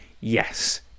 yes